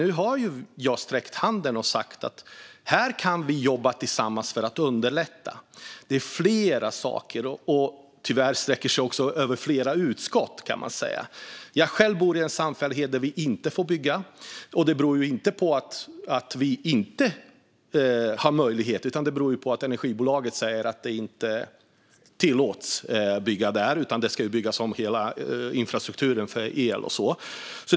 Nu har jag sträckt ut handen och sagt att vi kan jobba tillsammans här för att underlätta. Det handlar om flera saker, och tyvärr sträcker det sig också över flera utskott. Jag bor själv i en samfällighet där vi inte får bygga, och det beror inte på att vi inte har möjlighet utan på att energibolaget säger att det inte är tillåtet att bygga där - hela infrastrukturen för el ska byggas om.